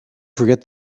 forget